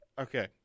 okay